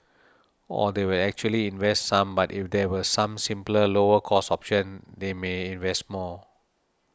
or they actually invest some but if there were some simpler lower cost options they may invest more